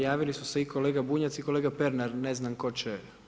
Javili su se i kolega Bunjac i kolega Pernar, ne znam tko će.